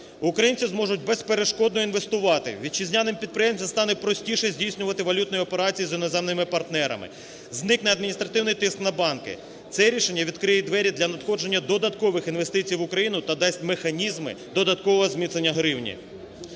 Українці зможуть безперешкодно інвестувати, вітчизняним підприємцям стане простіше здійснювати валютні операції з іноземними партнерами, зникне адміністративний тиск на банки. Це рішення відкриє двері для надходження додаткових інвестицій в Україну та дасть механізми додаткового зміцнення гривні.